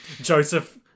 Joseph